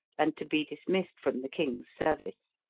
and to be dismissed from the king's service.